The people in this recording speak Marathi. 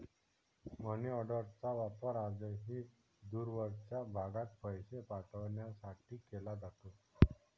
मनीऑर्डरचा वापर आजही दूरवरच्या भागात पैसे पाठवण्यासाठी केला जातो